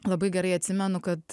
labai gerai atsimenu kad